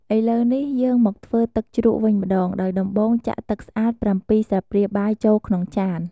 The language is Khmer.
ឥឡូវនេះ យើងមកធ្វើទឹកជ្រក់វិញម្តង ដោយដំបូង ចាក់ទឹកស្អាត ៧ ស្លាបព្រាបាយចូលក្នុងចាន។